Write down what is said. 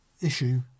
issue